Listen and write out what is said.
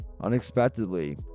Unexpectedly